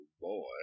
boy